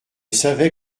savais